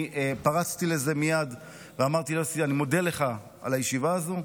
פרסתי לזה ואמרתי ליוסי: אני מודה לך על הישיבה הזאת,